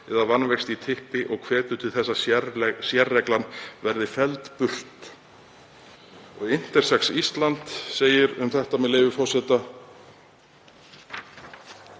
eða vanvexti á typpi og hvetur til þess að sérreglan verði felld burt.“ Intersex Ísland segir um þetta, með leyfi forseta: